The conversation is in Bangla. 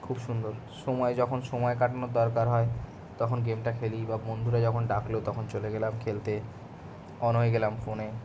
খুব সুন্দর সময় যখন সময় কাটানোর দরকার হয় তখন গেমটা খেলি বা বন্ধুরা যখন ডাকল তখন চলে গেলাম খেলতে অন হয়ে গেলাম ফোনে